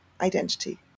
identity